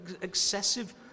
excessive